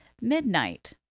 Midnight